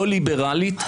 לא ליברלית,